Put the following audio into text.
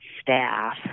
staff